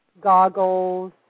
goggles